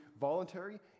voluntary